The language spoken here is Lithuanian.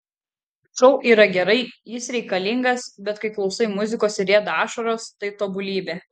šou yra gerai jis reikalingas bet kai klausai muzikos ir rieda ašaros tai tobulybė